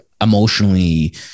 emotionally